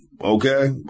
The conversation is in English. Okay